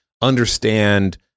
understand